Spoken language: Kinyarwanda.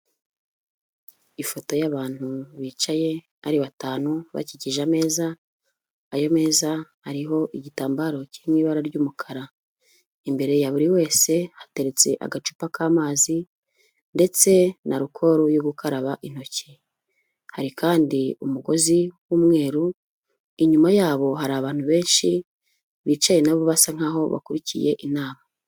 Ifoto y'abantu bicaye ari batanu, bakikije ameza, ayo meza ariho igitambaro kiri mu ibara ry'umukara, imbere ya buri wese, hateretse agacupa k'amazi ndetse na arukoro yo gukaraba intoki, hari kandi umugozi w'umweru, inyuma yabo hari abantu benshi, bicaye na bo basa nk'aho bakurikiye inama.